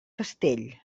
castell